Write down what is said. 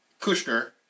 Kushner